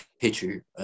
picture